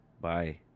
bye